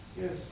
Yes